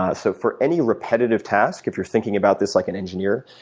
ah so for any repetitive tasks, if you're thinking about this like an engineer,